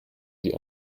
sie